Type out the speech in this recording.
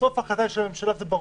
בסוף ההחלטה של הממשלה, זה ברור,